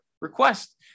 request